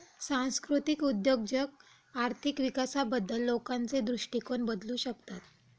सांस्कृतिक उद्योजक आर्थिक विकासाबद्दल लोकांचे दृष्टिकोन बदलू शकतात